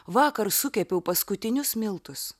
vakar sukepiau paskutinius miltus